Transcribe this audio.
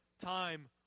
time